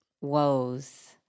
woes